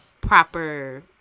proper